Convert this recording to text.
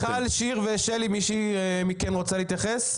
מיכל שיר ושלי מירון, מישהי מכן רוצה להתייחס?